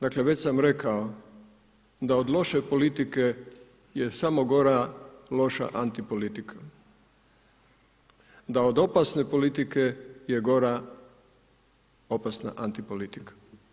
Dakle, već sam rekao da od loše politike je samo gora loša antipolitika, da od opasne politike je gora opasna antipolitika.